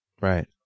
Right